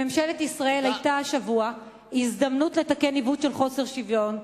לממשלת ישראל היתה השבוע הזדמנות לתקן עיוות של חוסר שוויון,